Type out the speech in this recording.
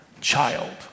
child